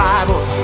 Bible